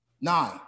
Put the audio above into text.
Nine